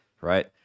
right